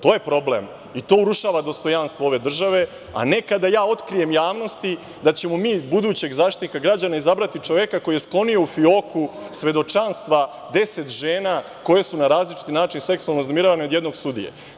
To je problem i to urušava dostojanstvo ove države, a ne kada ja otkrijem javnosti da ćemo mi za budućeg Zaštitnika građana izabrati čoveka koji je sklonio u fioku svedočanstva 10 žena koje su na različiti način seksualno uznemiravane od jednog sudije.